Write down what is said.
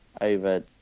over